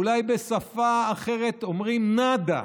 ואולי בשפה אחרת אומרים נאדה.